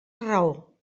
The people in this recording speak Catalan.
raó